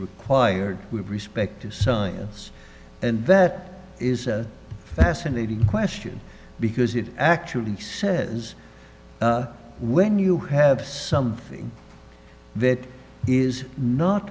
required with respect to science and that is a fascinating question because it actually says when you have something that is not